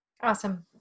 Awesome